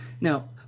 Now